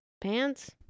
pants